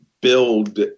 build